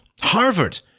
Harvard